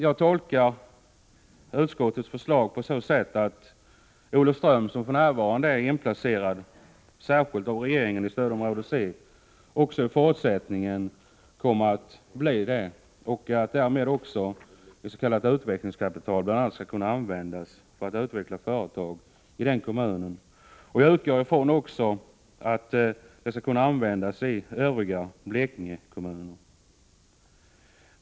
Jag tolkar utskottets förslag på så sätt att Olofström, som för närvarande är särskilt inplacerat i stödområde C av regeringen, också i fortsättningen kommer att vara det, och att därmed s.k. utvecklingskapital skall kunna användas för att utveckla företag i den kommunen. Jag utgår också från att det också skall kunnas användas i övriga Blekingekommuner.